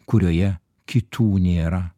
kurioje kitų nėra